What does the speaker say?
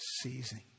seizing